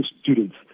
students